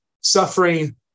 suffering